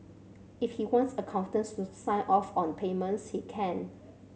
if he wants accountants to sign off on payments he can